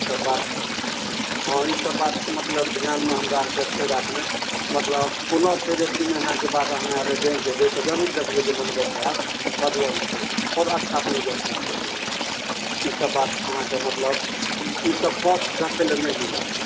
ई सब बात हँ ई सब बात मतलब ध्यानमे हमरा अरके छै राखने मतलब कोनो फेर एक दू महीनाके बाद अहाँ अगर बैंक अयबय तऽ जरूर देखबय जे मैनेजर साहेब बदलल छै आओर अच्छा मैनेजर साहेब अयलैया ई सब बात अहाँके मतलब ई सब कष्ट देखय लए नहि मिलत